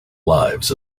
lives